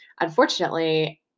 unfortunately